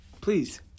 Please